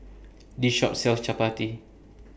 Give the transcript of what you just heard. This Shop sells Chappati